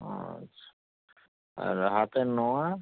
আচ্ছা আর হাতের নোয়া